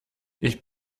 ich